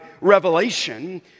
revelation